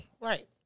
Right